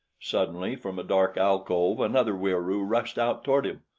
suddenly from a dark alcove another wieroo rushed out toward him.